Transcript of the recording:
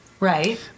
Right